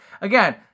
again